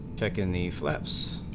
jack in the flaps